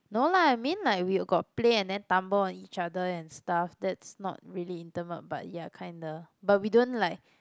no lah I mean like we got play and then tumble on each other and stuff that's not really intimate but ya kinda but we don't like